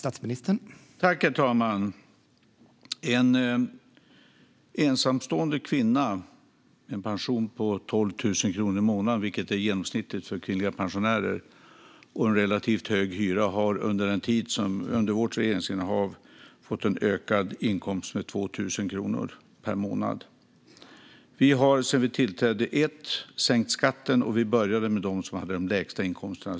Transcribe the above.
Herr talman! En ensamstående kvinna med en pension på 12 000 kronor i månaden, vilket är genomsnittet för kvinnliga pensionärer, och en relativt hög hyra, har under vårt regeringsinnehav fått en ökad inkomst med 2 000 kronor per månad. Vi har sedan vi tillträdde först och främst sänkt skatten, och vi började med dem som hade de lägsta inkomsterna.